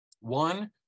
one